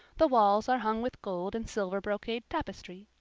the walls are hung with gold and silver brocade tapestry.